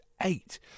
Eight